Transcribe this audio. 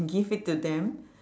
give it to them